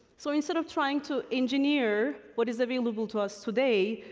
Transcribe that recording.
so, instead of trying to engineer what is available to us today,